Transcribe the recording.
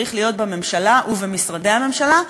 וצריך להיות בממשלה ובמשרדי הממשלה.